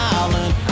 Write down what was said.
island